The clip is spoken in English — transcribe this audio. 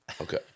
Okay